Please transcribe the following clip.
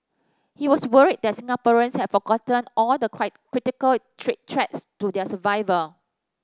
he was worried that Singaporeans had forgotten all the critical treat threats to their survival